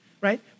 right